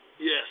Yes